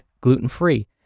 gluten-free